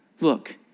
Look